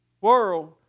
world